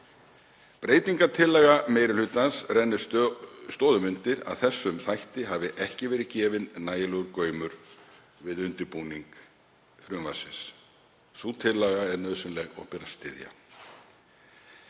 Breytingartillaga meiri hlutans rennir stoðum undir að þeim þætti hafi ekki verið gefinn nægilegur gaumur við undirbúning frumvarpsins. Sú tillaga er nauðsynleg og ber að styðja.